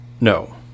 no